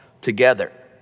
together